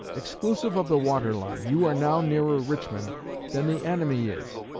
exclusive of the water line, you are now nearer richmond than the enemy is,